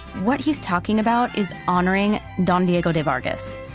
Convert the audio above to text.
what he's talking about is honoring don diego de vargas.